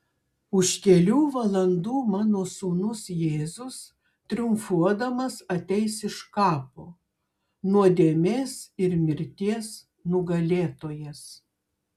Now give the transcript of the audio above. už kelių valandų mano sūnus jėzus triumfuodamas ateis iš kapo nuodėmės ir mirties nugalėtojas